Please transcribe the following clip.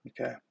Okay